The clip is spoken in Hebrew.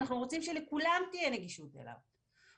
אנחנו רוצים שלכולם תהיה נגישות אליו.